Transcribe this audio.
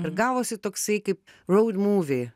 ir gavosi toksai kaip road movie